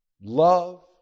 Love